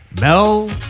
Mel